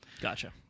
Gotcha